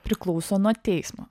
priklauso nuo teismo